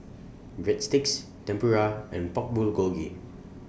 Breadsticks Tempura and Pork Bulgogi